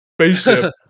spaceship